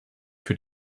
für